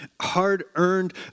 hard-earned